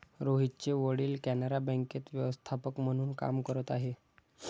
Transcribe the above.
रोहितचे वडील कॅनरा बँकेत व्यवस्थापक म्हणून काम करत आहे